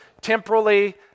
temporally